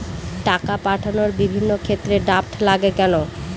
টাকা পাঠানোর বিভিন্ন ক্ষেত্রে ড্রাফট লাগে কেন?